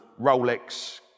Rolex